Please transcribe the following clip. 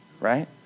right